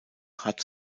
hat